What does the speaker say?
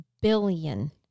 billion